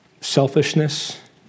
selfishness